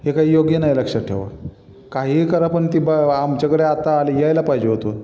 हे काय योग्य नाही लक्षात ठेवा काहीही करा पण ती ब आमच्याकडे आता आले यायला पाहिजे होतं